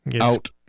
out